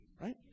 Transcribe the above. right